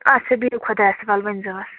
اچھا بِہِو خۄدایَس سوال ؤنۍزیوَس